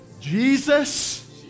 Jesus